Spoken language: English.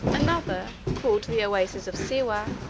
another, called the oasis of siwah,